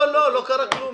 אם לא, אז לא, לא קרה כלום.